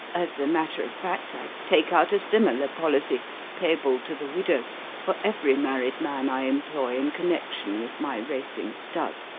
as a matter of fact, i take out a similar policy payable to the widow for every married man i employ in connection with my racing stud.